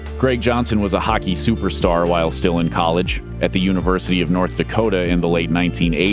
greg johnson was a hockey superstar while still in college. at the university of north dakota in the late nineteen eighty